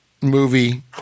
movie